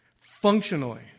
functionally